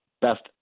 best